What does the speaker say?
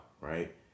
right